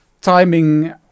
timing